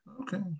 Okay